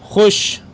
خوش